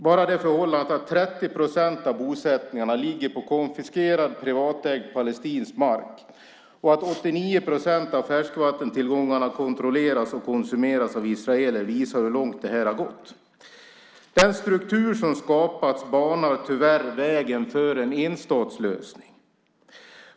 Bara det förhållandet att 30 procent av bosättningarna ligger på konfiskerad privatägd palestinsk mark och att 89 procent av färskvattentillgångarna kontrolleras och konsumeras av israeler visar hur långt det har gått. Den struktur som skapats banar tyvärr vägen för en enstatslösning.